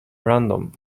random